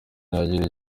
yagira